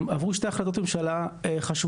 עברו שתי החלטות ממשלה חשובות,